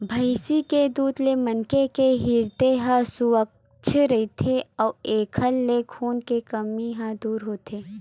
भइसी के दूद ले मनखे के हिरदे ह सुवस्थ रहिथे अउ एखर ले खून के कमी ह दूर होथे